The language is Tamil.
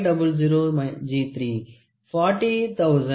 000 G4 00